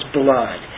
blood